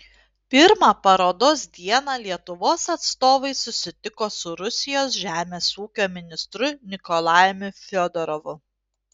pirmą parodos dieną lietuvos atstovai susitiko su rusijos žemės ūkio ministru nikolajumi fiodorovu